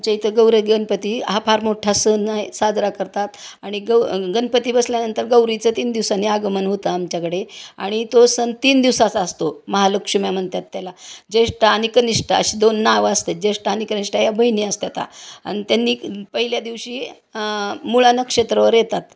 आमच्या इथं गौरी गणपती हा फार मोठा सण आहे साजरा करतात आणि ग गणपती बसल्यानंतर गौरीचं तीन दिवसांनी आगमन होतं आमच्याकडे आणि तो सन तीन दिवसाचा असतो महालक्ष्म्या म्हणत्यात त्याला ज्येष्ठा आणि कनिष्टा अशीे दोन नाव असते ज्येष्ठा आणि कनिष्ठा या बहिणी असतेता आणि त्यांनी पहिल्या दिवशी मुळा नक्षत्रावर येतात